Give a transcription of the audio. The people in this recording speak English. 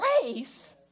grace